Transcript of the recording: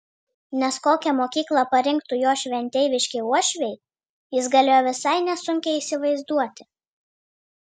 nes kokią mokyklą parinktų jo šventeiviški uošviai jis galėjo visai nesunkiai įsivaizduoti